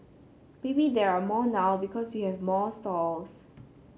maybe there are more now because we have more stalls